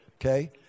okay